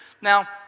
Now